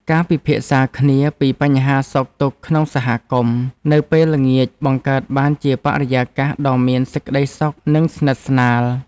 ការពិភាក្សាគ្នាពីបញ្ហាសុខទុក្ខក្នុងសហគមន៍នៅពេលល្ងាចបង្កើតបានជាបរិយាកាសដ៏មានសេចក្តីសុខ និងស្និទ្ធស្នាល។